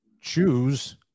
choose